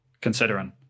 considering